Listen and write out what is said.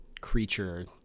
creature